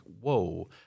whoa